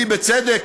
בצדק,